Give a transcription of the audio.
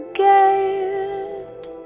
gate